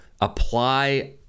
apply